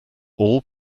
all